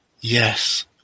yes